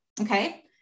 Okay